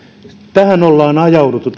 tähän tilanteeseen ollaan ajauduttu